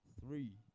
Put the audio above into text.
three